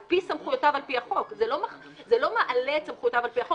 על פי סמכויותיו על פי החוק זה לא מעלה את סמכויותיו על פי החוק.